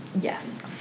yes